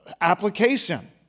application